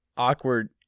Awkward